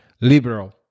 liberal